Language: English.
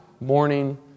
morning